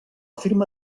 firma